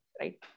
right